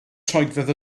troedfedd